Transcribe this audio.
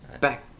back